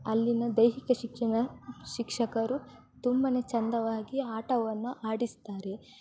ಅಲ್ಲಿನ ದೈಹಿಕ ಶಿಕ್ಷಣ ಶಿಕ್ಷಕರು ತುಂಬನೇ ಚೆಂದವಾಗಿ ಆಟವನ್ನು ಆಡಿಸ್ತಾರೆ